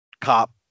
cop